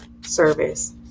service